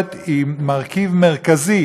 התקשורת היא מרכיב מרכזי